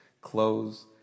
close